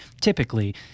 typically